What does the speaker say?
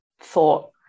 thought